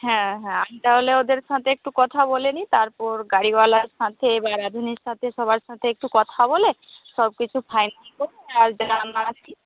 হ্যাঁ হ্যাঁ আমি তাহলে ওদের সাথে একটু কথা বলে নিই তার পর গাড়িওয়ালার সাথে বা রাঁধুনির সাথে সবার সাথে একটু কথা বলে সবকিছু ফাইনাল করে যার যেরকম আর কি